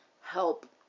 help